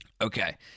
Okay